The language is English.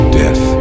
death